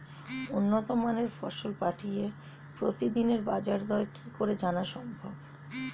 উন্নত মানের ফসল পাঠিয়ে প্রতিদিনের বাজার দর কি করে জানা সম্ভব?